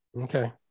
Okay